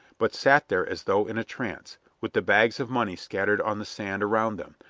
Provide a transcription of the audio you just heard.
but sat there as though in a trance, with the bags of money scattered on the sand around them,